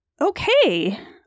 Okay